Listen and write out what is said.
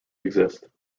exist